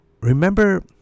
remember